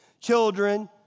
children